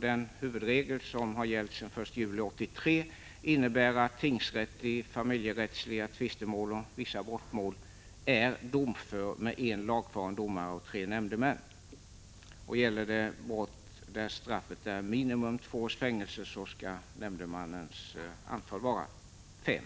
Den huvudregel som har gällt sedan den 1 juli 1983 innebär att tingsrätt i familjerättsliga tvistemål och vissa brottmål är domför med en lagfaren domare och tre nämndemän. Om det gäller brott där straffet är minimum två års fängelse, skall nämndemännens antal vara fem.